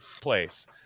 place